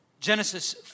Genesis